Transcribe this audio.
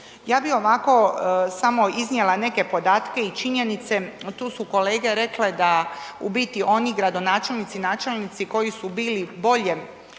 Ja bih ovako samo iznijela neke podatke i činjenice, tu su kolege rekli da u biti oni gradonačelnici i načelnici koji su bili bolje